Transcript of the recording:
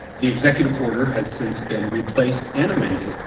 the executive order has since been replaced and amended,